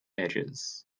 edges